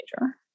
major